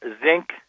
zinc